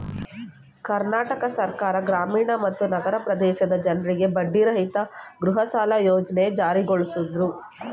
ಕರ್ನಾಟಕ ಸರ್ಕಾರ ಗ್ರಾಮೀಣ ಮತ್ತು ನಗರ ಪ್ರದೇಶದ ಜನ್ರಿಗೆ ಬಡ್ಡಿರಹಿತ ಗೃಹಸಾಲ ಯೋಜ್ನೆ ಜಾರಿಗೊಳಿಸಿದ್ರು